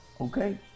Okay